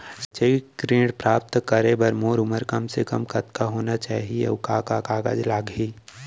शैक्षिक ऋण प्राप्त करे बर मोर उमर कम से कम कतका होना चाहि, अऊ का का कागज लागही?